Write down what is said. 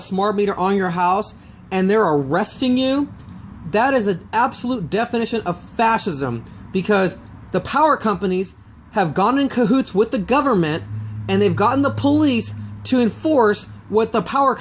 a smart meter on your house and they're arresting you that is an absolute definition of fascism because the power companies have gone in cahoots with the government and they've gotten the police to enforce what the power